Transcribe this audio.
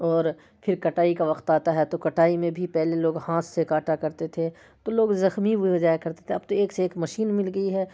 اور پھر کٹائی کا وقت آتا ہے تو کٹائی میں بھی پہلے لوگ ہاتھ سے کاٹا کرتے تھے تو لوگ زخمی بھی ہو جایا کرتے تھے اب تو ایک سے ایک مشین مل گئی ہے